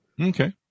Okay